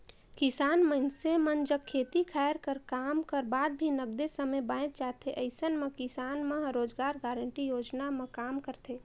किसान मइनसे मन जग खेती खायर कर काम कर बाद भी नगदे समे बाएच जाथे अइसन म किसान मन ह रोजगार गांरटी योजना म काम करथे